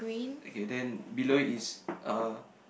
okay then below is uh